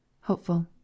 Hopeful